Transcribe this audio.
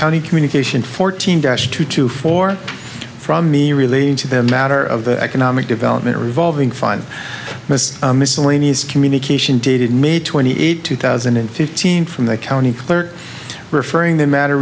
county communication fourteen dash two to four from me related to the matter of the economic development revolving fine miscellaneous communication dated may twenty eighth two thousand and fifteen from the county clerk referring the matter